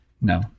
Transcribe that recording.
No